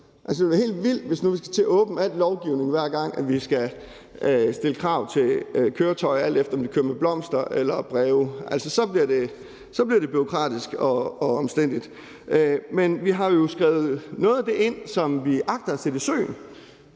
være helt vildt, hvis vi skal til at åbne al lovgivning, hver gang vi skal stille krav til køretøj, alt efter om vi kører med blomster eller breve, for så bliver det bureaukratisk og omstændeligt. Men vi har jo skrevet noget af det ind, som vi agter at sætte i søen,